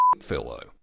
fellow